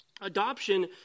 Adoption